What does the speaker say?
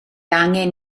angen